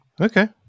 Okay